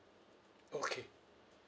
okay